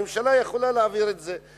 הממשלה יכולה להעביר את זה.